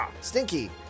Stinky